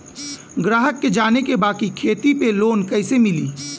ग्राहक के जाने के बा की खेती पे लोन कैसे मीली?